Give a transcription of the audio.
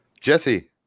Jesse